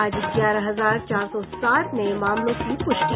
आज ग्यारह हजार चार सौ सात नये मामलों की पुष्टि